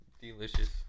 Delicious